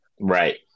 Right